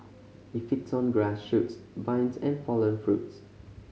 it feeds on grass shoots vines and fallen fruits